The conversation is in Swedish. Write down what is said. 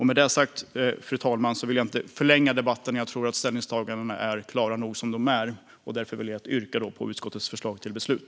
Med detta sagt, fru talman, vill jag inte förlänga debatten. Jag tror att ställningstagandena är klara nog som de är. Därför yrkar jag bifall till utskottets förslag till beslut.